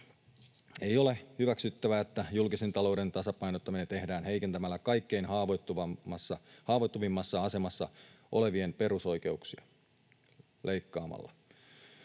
Ei ole hyväksyttävää, että julkisen talouden tasapainottaminen tehdään heikentämällä kaikkein haavoittuvimmassa asemassa olevien perusoikeuksia leikkaamalla.